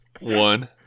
One